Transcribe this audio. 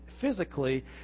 physically